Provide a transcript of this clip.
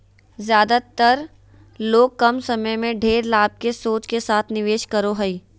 ज्यादेतर लोग कम समय में ढेर लाभ के सोच के साथ निवेश करो हइ